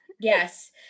Yes